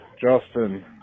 Justin